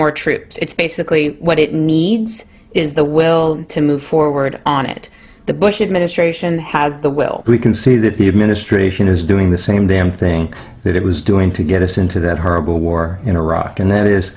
more troops it's basically what it needs is the will to move forward on it the bush administration has the well we can say that the administration is doing the same them think that it was doing to get us into that horrible war in iraq and that